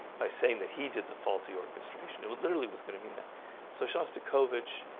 by saying that he did the faulty orchestration. it would literally was gonna mean that so shostakovich,